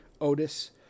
Otis